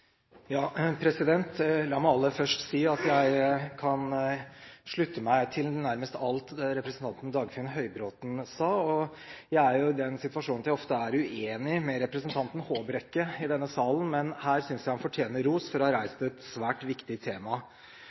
La meg aller først si at jeg kan slutte meg til nærmest alt det representanten Dagfinn Høybråten sa. Jeg er jo i den situasjonen at jeg ofte er uenig med representanten Håbrekke i denne salen, men her synes jeg han fortjener ros for å ha reist et svært viktig tema.